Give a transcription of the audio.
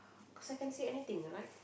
cause I can't feel anything right